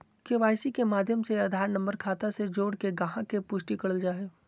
KYC के माध्यम से ही आधार नम्बर खाता से जोड़के गाहक़ के पुष्टि करल जा हय